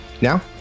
Now